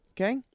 Okay